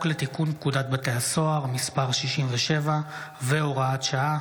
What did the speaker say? לתיקון פקודת בתי הסוהר (מס' 67 והוראת שעה),